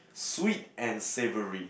sweet and savoury